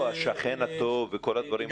השכן הטוב וכל הדברים האלה.